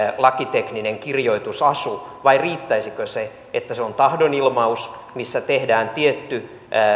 lakitekninen kirjoitusasu vai riittäisikö se että se on tahdonilmaus missä tehdään tietty